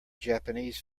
japanese